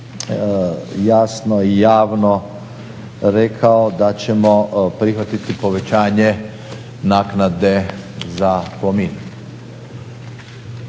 jasno i javno rekao da ćemo prihvatiti povećanje naknade za Plomin.